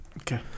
Okay